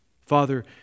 Father